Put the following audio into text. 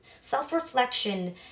Self-reflection